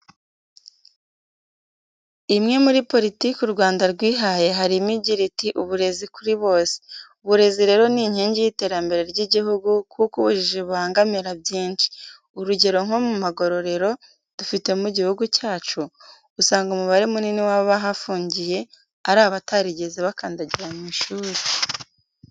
Imwe muri politike u Rwanda rwihaye harimo igira iti" Uburezi kuri bose". Uburezi rero ni inkingi y'iterambere ry'igihugu kuko ubujiji bubangamira byinshi, urugero nko mu magororero dufite mu gihugu cyacu, usanga umubare munini w'abahafungiye ari abatarigeze bakandagira mu ishuri.